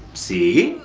see?